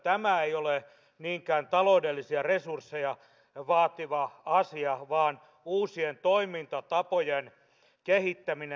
tämä ei ole niinkään taloudellisia resursseja vaativa asia vaan uusien toimintatapojen kehittäminen